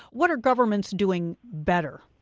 what are governments doing better?